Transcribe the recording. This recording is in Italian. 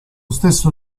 stesso